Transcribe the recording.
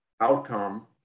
outcome